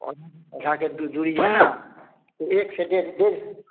और पौधे के दूरी जो है ना से एक से डेढ़ डेढ़